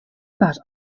about